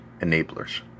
enablers